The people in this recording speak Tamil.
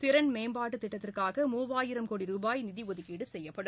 திறன் மேம்பாட்டு திட்டத்திற்காக மூவாயிரம் கோடி ரூபாய் நிதி ஒதுக்கீடு செய்யப்படும்